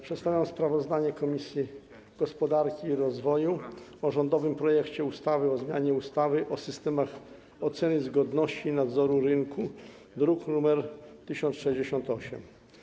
Przedstawiam sprawozdanie Komisji Gospodarki i Rozwoju o rządowym projekcie ustawy o zmianie ustawy o systemach oceny zgodności i nadzoru rynku, druk nr 1068.